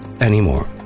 anymore